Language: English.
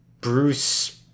Bruce